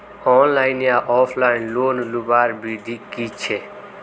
Online या offline loan लुबार विधि की छे?